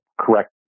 correct